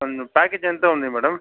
అవును ప్యాకేజ్ ఎంత ఉంది మేడం